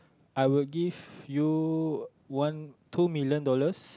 I would give you one two million dollars